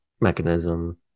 mechanism